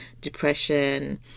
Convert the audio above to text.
depression